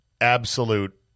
absolute